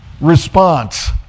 response